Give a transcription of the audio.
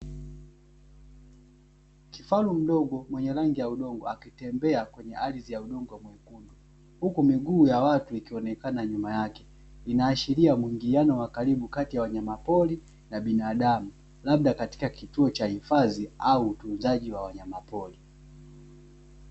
Kifaru mdogo mwenye rangi ya udongo akitembea kwenye ardhi ya udongo mwekundu, huku miguu ya watu ikionekana nyuma yake, inahashiria mwingiliano wa karibu kati ya wanyama pori na binadamu, labda katika kituo cha hifadhi, au utunzaji wa wanyama pori.